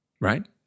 right